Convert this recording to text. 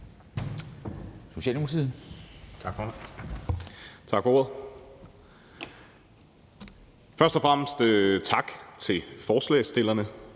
Først og fremmest tak til forslagsstillerne